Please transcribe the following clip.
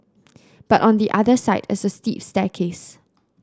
but on the other side is a steep staircase